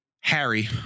harry